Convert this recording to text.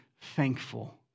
thankful